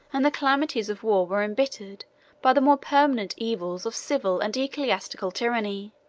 and the calamities of war were imbittered by the more permanent evils of civil and ecclesiastical tyranny.